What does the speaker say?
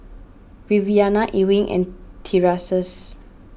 Viviana Ewing and Tyrese